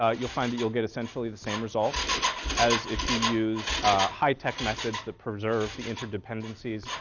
ah you'll find that you'll get essentially the same results as if you used high tech methods that preserve the interdependencies,